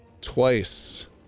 twice